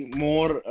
more